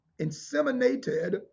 inseminated